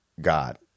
God